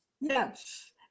Yes